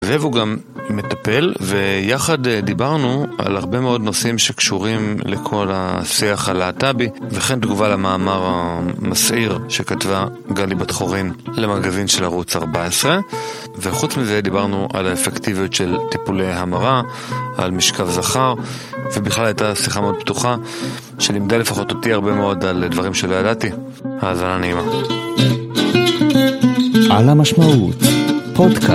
זאב הוא גם מטפל, ויחד דיברנו על הרבה מאוד נושאים שקשורים לכל השיח הלהט״בי, וכן תגובה למאמר המסעיר שכתבה גלי בת חורין למגזין של ערוץ 14 וחוץ מזה דיברנו על האפקטיביות של טיפולי המרה, על משכב זכר ובכלל הייתה שיחה מאוד פתוחה, שלימדה לפחות אותי הרבה מאוד על דברים שלא ידעתי. האזנה נעימה על המשמעות - פודקאסט